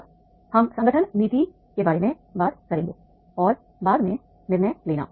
अब हम संगठन नीति के बारे में बात करेंगे और बाद में निर्णय लेना